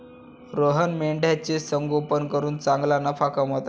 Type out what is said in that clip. रोहन मेंढ्यांचे संगोपन करून चांगला नफा कमवत आहे